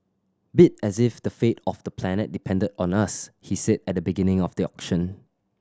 bid as if the fate of the planet depended on us he said at the beginning of the auction